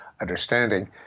understanding